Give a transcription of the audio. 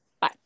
Bye